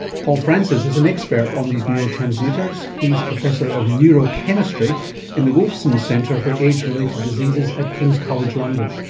paul francis is an expert on these neurotransmitters. he's professor of neurochemistry in the wolfson centre for age-related diseases at king's college, london.